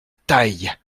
taille